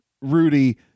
Rudy